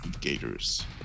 Gators